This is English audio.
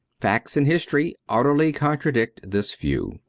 facts and history utterly contradict this view.